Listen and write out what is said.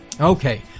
Okay